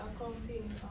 accounting